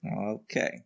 Okay